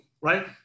right